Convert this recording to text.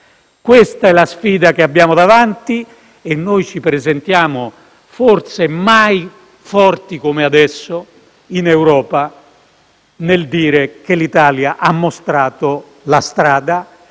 Questa è la sfida che abbiamo davanti e noi ci presentiamo in Europa, forse mai forti come adesso, nel dire che l'Italia ha mostrato la strada